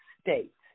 states